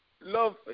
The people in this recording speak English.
love